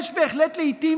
יש לעיתים,